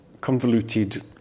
convoluted